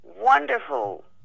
wonderful